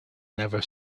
never